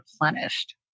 replenished